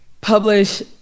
publish